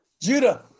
Judah